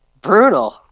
Brutal